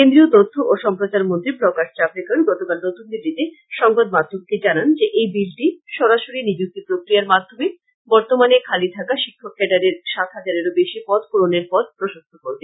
কেন্দ্রীয় তথ্য ও সম্প্রচার মন্ত্রী প্রকাশ জাভরেকর গতকাল নতুন দিল্লীতে সংবাদ মাধ্যমকে জানান যে এই বিলটি সরাসরি নিযুক্তি প্রক্রিয়ার মাধ্যমে বর্তমানে খালি থাকা শিক্ষক কেডারের সাত হাজারেরো বেশী পদ পূরণের পথ প্রশস্ত করবে